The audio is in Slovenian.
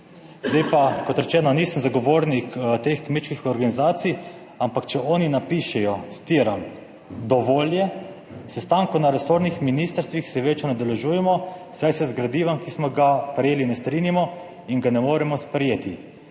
Zdaj pa, kot rečeno, nisem zagovornik teh kmečkih organizacij, ampak če oni napišejo, citiram, »Dovolj je, sestankov na resornih ministrstvih se več ne udeležujemo, saj se z gradivom, ki smo ga prejeli, ne strinjamo in ga ne moremo sprejeti.